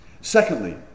Secondly